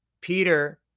Peter